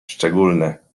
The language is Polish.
szczególne